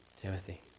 Timothy